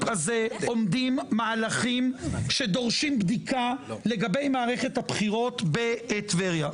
הזה עומדים מהלכים שדורשים בדיקה לגבי מערכת הבחירות בטבריה.